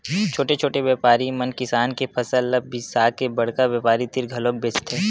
छोटे छोटे बेपारी मन किसान के फसल ल बिसाके बड़का बेपारी तीर घलोक बेचथे